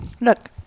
look